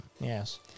Yes